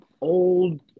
old